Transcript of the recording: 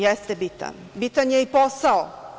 Jeste bitan, bitan je i posao.